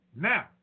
Now